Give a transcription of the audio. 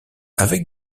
avec